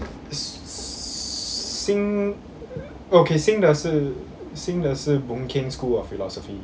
新 okay 新的是新的是 boon keng school of philosophy